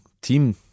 team